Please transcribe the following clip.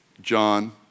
John